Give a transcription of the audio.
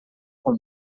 com